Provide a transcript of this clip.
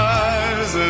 eyes